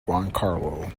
giancarlo